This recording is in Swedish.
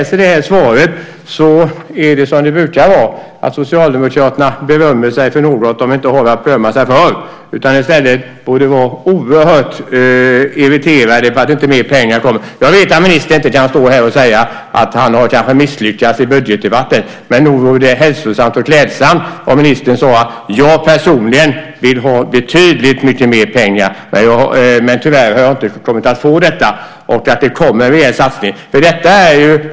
Svaret är som det brukar vara. Socialdemokraterna berömmer sig för något som de inte har att berömma sig för. De borde vara oerhört irriterade över att det inte kommer mer pengar. Jag vet att ministern inte kan stå här och säga att han kanske har misslyckats i budgetdebatten. Nog vore det hälsosamt och klädsamt om ministern sade: Jag personligen vill ha betydligt mycket mer pengar till detta, men det har jag inte fått.